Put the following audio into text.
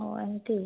ଓଃ ଏମିତି